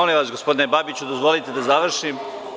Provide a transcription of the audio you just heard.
Molim vas, gospodine Babiću, dozvolite da završim.